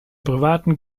privaten